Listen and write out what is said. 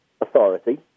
authority